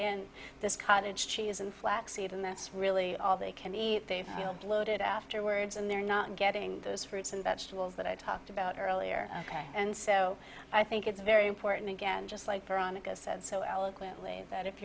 in this cottage cheese and flaxseed and that's really all they can eat they feel bloated afterwards and they're not getting those fruits and vegetables that i talked about earlier ok and so i think it's very important again just like veronica said so eloquently that if